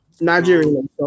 Nigerian